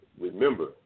remember